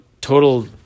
total